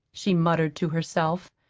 she muttered to herself.